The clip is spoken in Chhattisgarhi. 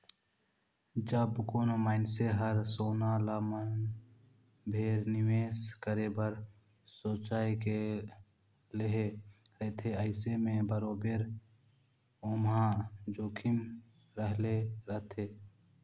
जब कोनो मइनसे हर सोना ल मन भेर निवेस करे बर सोंएच के लेहे रहथे अइसे में बरोबेर ओम्हां जोखिम रहले रहथे